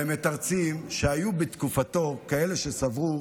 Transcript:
והם מתרצים שהיו בתקופתו כאלה שסברו